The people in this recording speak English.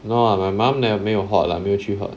no lah my mom neh 没有花啦没有去花啦